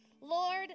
Lord